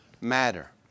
matter